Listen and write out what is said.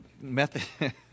method